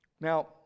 Now